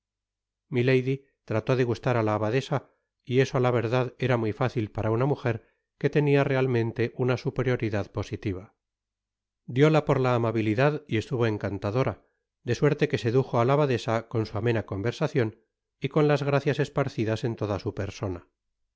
trató de gustar á la abadesa y eso á la verdad era muy fácil para una mujer que tenia realmente una superioridad positiva dióla por la amabilidad y estuvo encan adora de suerte que sedujo á la abadesa con su amena conversacion y con las gracias esparcidas en toda su persona